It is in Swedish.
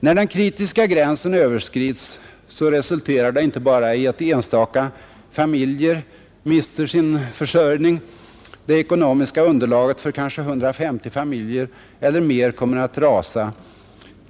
När den kritiska gränsen överskrids resulterar det inte bara i att enstaka familjer mister sin försörjning — det ekonomiska underlaget för kanske 150 familjer eller mer kan komma att rasa.